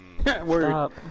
stop